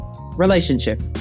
Relationship